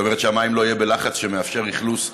זאת אומרת שהמים לא יהיו בלחץ שמאפשר אכלוס,